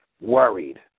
worried